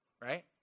right